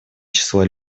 числа